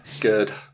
good